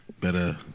better